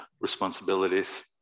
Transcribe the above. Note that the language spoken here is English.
responsibilities